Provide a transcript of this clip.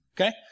okay